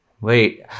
Wait